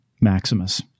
Maximus